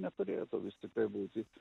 neturėtų vis tiktai būti